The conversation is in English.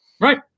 Right